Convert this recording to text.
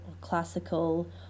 classical